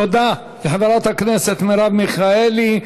תודה לחברת הכנסת מרב מיכאלי.